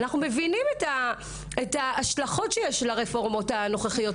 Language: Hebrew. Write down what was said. אנחנו מבינים את ההשלכות של הרפורמות הנוכחיות.